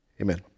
amen